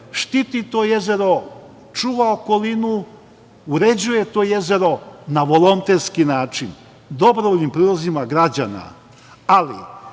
štiti to jezero, čuva okolinu, uređuje to jezero na volonterski način, dobrovoljnim prilozima građana. Ima